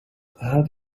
how